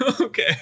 Okay